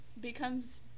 becomes